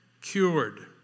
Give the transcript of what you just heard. cured